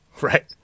right